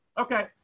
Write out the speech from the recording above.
Okay